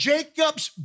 Jacob's